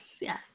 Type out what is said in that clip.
yes